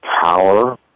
power